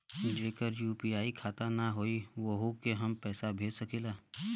जेकर यू.पी.आई खाता ना होई वोहू के हम पैसा भेज सकीला?